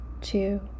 two